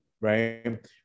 right